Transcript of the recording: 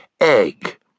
egg